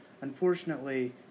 unfortunately